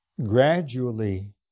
gradually